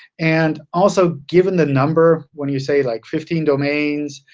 and also given the number when you say like fifteen domains.